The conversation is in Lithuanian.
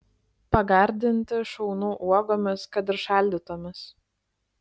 pagardinti šaunu uogomis kad ir šaldytomis